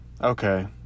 Okay